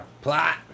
plot